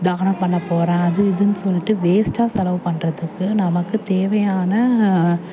தானம் பண்ணப் போகிறேன் அது இதுன்னு சொல்லிட்டு வேஸ்ட்டாக செலவு பண்ணுறதுக்கு நமக்குத் தேவையான